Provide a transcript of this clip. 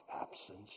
absence